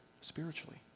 spiritually